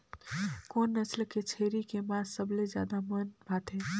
कोन नस्ल के छेरी के मांस सबले ज्यादा मन भाथे?